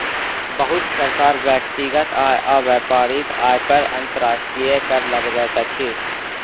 बहुत सरकार व्यक्तिगत आय आ व्यापारिक आय पर अंतर्राष्ट्रीय कर लगबैत अछि